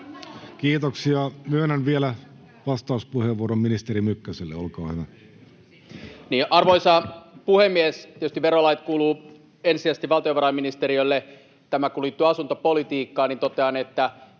Kiitoksia. — Myönnän vielä vastauspuheenvuoron ministeri Mykkäselle, olkaa hyvä. Arvoisa puhemies! Tietysti verolait kuuluvat ensisijaisesti valtiovarainministeriölle, mutta tämä kun liittyy asuntopolitiikkaan, niin totean, että